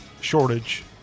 shortage